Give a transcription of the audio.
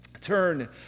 turn